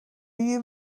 you